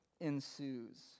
ensues